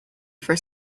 for